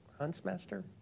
Huntsmaster